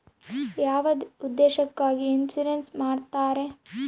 ಯಾವ ಉದ್ದೇಶಕ್ಕಾಗಿ ಇನ್ಸುರೆನ್ಸ್ ಮಾಡ್ತಾರೆ?